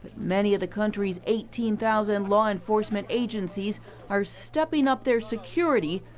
many of the country's eighteen thousand law enforcement agencies are stepping up their security,